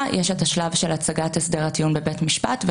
יש השלב של הצגת הסדר הטיעון בבית המשפט.